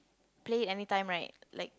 play any time right like